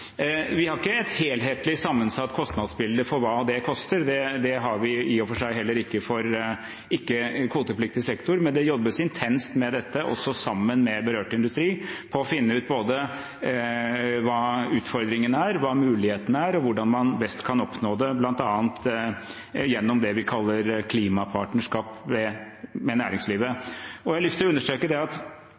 og for seg heller ikke for ikke-kvotepliktig sektor, men det jobbes intenst med dette, også sammen med berørt industri, for å finne ut både hva utfordringene er, hva mulighetene er, og hvordan man best kan oppnå det, bl.a. gjennom det vi kaller klimapartnerskap med næringslivet. Jeg har lyst til å understreke at dette er den veien det går nå i hele den industrialiserte verden. Det er ingen tvil om at